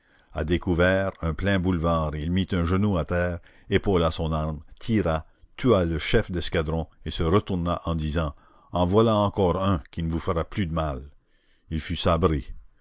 à découvert en plein boulevard il mit un genou à terre épaula son arme tira tua le chef d'escadron et se retourna en disant en voilà encore un qui ne nous fera plus de mal il fut sabré